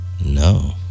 No